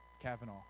Kavanaugh